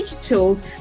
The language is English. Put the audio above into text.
tools